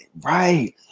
Right